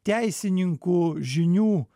teisininkų žinių